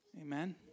Amen